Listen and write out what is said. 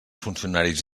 funcionaris